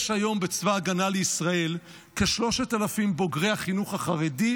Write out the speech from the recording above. יש היום בצבא ההגנה לישראל כ-3,000 בוגרי החינוך החרדי,